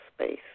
space